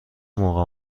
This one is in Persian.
موقع